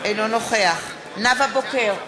אינו נוכח נאוה בוקר,